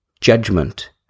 judgment